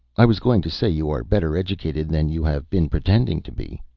i was going to say, you are better educated than you have been pretending to be.